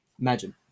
Imagine